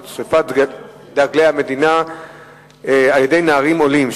שרפת דגלי המדינה על-ידי נערים עולים,